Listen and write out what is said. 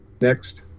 Next